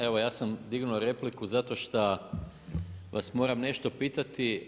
Evo ja sam dignuo repliku zato šta vas moram nešto pitati.